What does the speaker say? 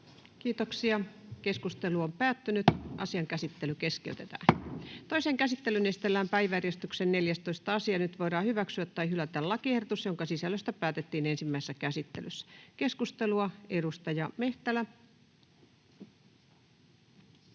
liitteen muuttamisesta Time: N/A Content: Toiseen käsittelyyn esitellään päiväjärjestyksen 16. asia. Nyt voidaan hyväksyä tai hylätä lakiehdotus, jonka sisällöstä päätettiin ensimmäisessä käsittelyssä. — Keskustelu, edustaja Hyrkkö,